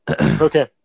Okay